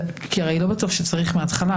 כי הרי לא בטוח שצריך מההתחלה,